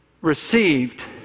received